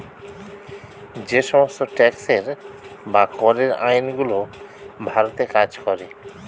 যে সমস্ত ট্যাক্সের বা করের আইন গুলো ভারতে কাজ করে